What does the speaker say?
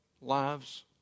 lives